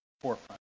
forefront